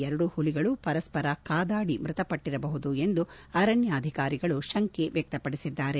ಎರಡೂ ಹುಲಿಗಳು ಪರಸ್ಪರ ಕಾದಾಡಿ ಮೃತಪಟ್ಟರಬಹುದು ಎಂದು ಅರಣ್ಯಾಧಿಕಾರಿಗಳು ಶಂಕೆ ವ್ಯಕ್ತಪಡಿಸಿದ್ದಾರೆ